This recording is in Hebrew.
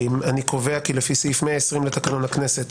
אני קובע כי לפי סעיף 120 לתקנון הכנסת,